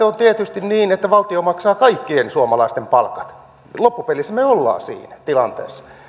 on tietysti niin että valtio maksaa kaikkien suomalaisten palkat loppupelissä me olemme siinä tilanteessa